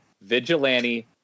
vigilante